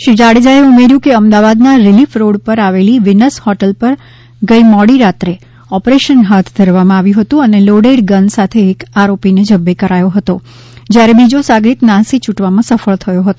શ્રી જાડેજા એ ઉમેર્યું કે અમદાવાદ ના રિલીફ રોડ ઉપર આવેલી વિનસ હોટલ પર ગઈ મોડી રાત્રે ઓપરેશન હાથ ધરવામાં આવ્યું હતું અને લોડેડ ગન સાથે એક આરોપી ને જબ્બે કરાયો હતો જ્યારે બીજો સાગરીત નાસી છૂટવામાં સફળ થયો હતો